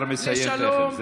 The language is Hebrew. השר מסיים תכף,